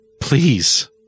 Please